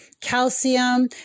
calcium